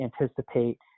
anticipate